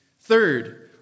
Third